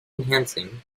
enhancing